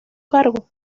cargo